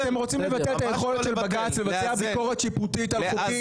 אתם רוצים לבטל את היכולת של בג"צ לבצע ביקורת שיפוטית על חוקי,